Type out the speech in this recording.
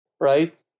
right